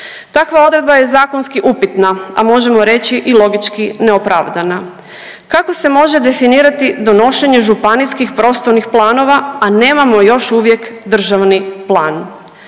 Takva odredba je zakonski upitna, a možemo reći i logički neopravdana. Kako se može definirati donošenje županijskih, prostornih planova a nemamo još uvijek državni plan.